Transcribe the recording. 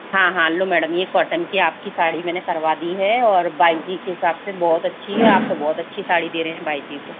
हाँ हाँ लो मैडम यह कॉटन की आपकी साड़ी मैंने करवा दी है और बाई जी के हिसाब से बहुत अच्छी है आप तो बहुत अच्छी साड़ी दे रहे हैं बाई जी को